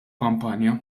kampanja